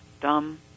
dumb